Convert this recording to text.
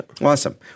awesome